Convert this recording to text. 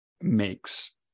makes